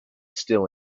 still